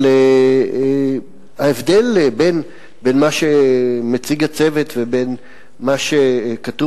אבל ההבדל בין מה שמציג הצוות לבין מה שכתוב